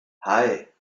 hei